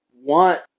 want